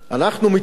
אנחנו מטילים,